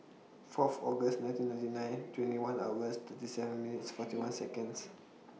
Fourth August nineteen ninety nine twenty one hours thirty seven minutes forty one Seconds